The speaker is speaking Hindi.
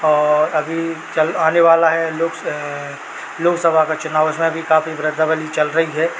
और अभी चल आने वाला है लोक लोकसभा का चुनाव उसमें भी काफ़ी चल रही है